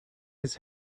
his